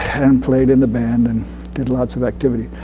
and played in the band, and did lots of activity.